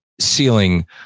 ceiling